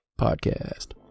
Podcast